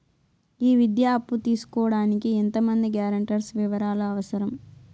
ఈ విద్యా అప్పు తీసుకోడానికి ఎంత మంది గ్యారంటర్స్ వివరాలు అవసరం?